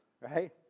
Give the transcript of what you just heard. right